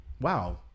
wow